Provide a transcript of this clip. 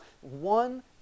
one